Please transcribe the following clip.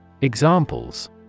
Examples